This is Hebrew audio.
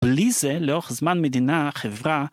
בלי זה, לאורך זמן מדינה, חברה...